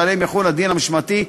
שעליהם יחול הדין המשמעתי,